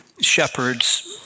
shepherds